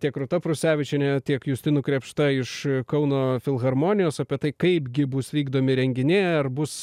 tiek rūta prusevičiene tiek justinu krėpšta iš kauno filharmonijos apie tai kaipgi bus vykdomi renginiai ar bus